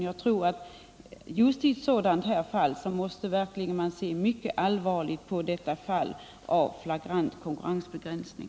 Jag tror att man just i ett sådant fall måste se mycket allvarligt på detta slag av flagrant konkurrensbegränsning.